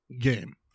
game